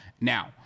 now